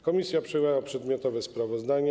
Komisja przyjęła przedmiotowe sprawozdanie.